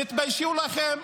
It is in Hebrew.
תתביישו לכם.